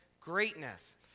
greatness